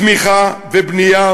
צמיחה ובנייה,